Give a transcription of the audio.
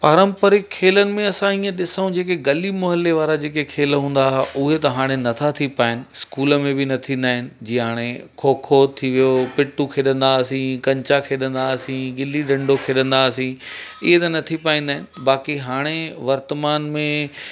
पारंपरिक खेलनि में असां ईअं ॾिसूं जेकी गली मौहल्ले वारा जेके खेल हूंदा हुआ उहे त हाणे नथा थी पाइनि स्कूल में बि न थींदा आहिनि जीअं हाणे खो खो थी वियो पीटू खेॾंदासीं कंचा खेॾंदासीं गिल्ली डंडो खेॾंदासीं ईअं त न थी पाईंदा आहिनि बाक़ी हाणे वर्तमान में